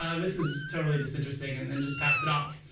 ah this is totally disinteresting and and just pass it off.